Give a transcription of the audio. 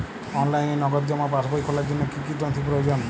অনলাইনে নগদ জমা পাসবই খোলার জন্য কী কী নথি প্রয়োজন?